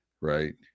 right